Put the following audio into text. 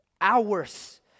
hours